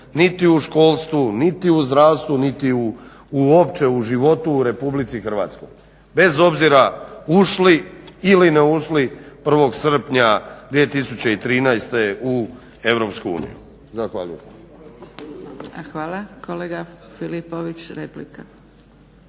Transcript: niti u školstvu, niti u zdravstvu, niti uopće u životu u Republici Hrvatskoj, bez obzira ušli ili ne ušli 1. srpnja 2013. u Europsku uniju. Zahvaljujem. **Zgrebec, Dragica